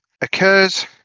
occurs